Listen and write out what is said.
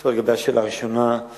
לגבי השאלה הראשונה,